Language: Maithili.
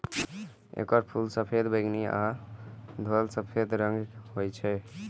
एकर फूल सफेद, बैंगनी आ धवल सफेद रंगक होइ छै